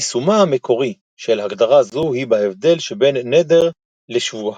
יישומה המקורי של הגדרה זו הוא בהבדל שבין נדר לשבועה.